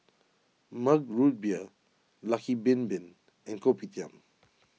Mug Root Beer Lucky Bin Bin and Kopitiam